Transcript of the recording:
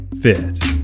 fit